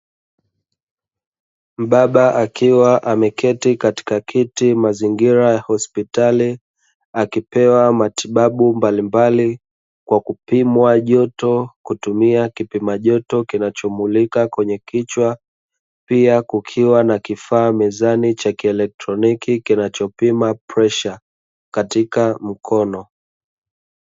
Mbaba akiwa ameketi katika kiti, mazingira ya hospitali, akipewa matibabu mbalimbali kwa kupimwa joto kutumia kipima joto kinachomulika kwenye kichwa. Pia kukiwa na kifaa mezani cha kielectroniki kinachopima presha katika mkono.